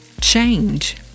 change